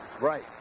Right